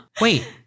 Wait